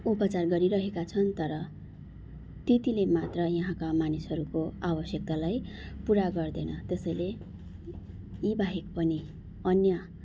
उपचार गरिरहेका छन् तर त्यतिले मात्र यहाँका मानिसहरूको आवश्यकतालाई पुरा गर्दैन त्यसैले यी बाहेक पनि अन्य